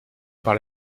par